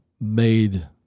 made